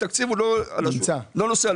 התקציב הוא לא נושא על